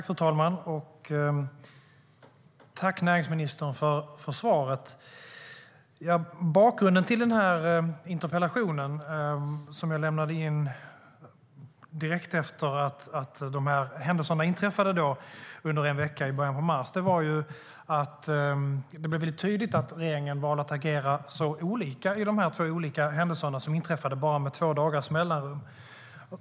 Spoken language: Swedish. Fru talman! Tack, näringsministern, för svaret! Bakgrunden till interpellationen, som jag lämnade in direkt efter att händelserna inträffade under en vecka i början på mars, var att det blev väldigt tydligt att regeringen valde att agera olika vid de två olika händelserna som inträffade med bara två dagars mellanrum.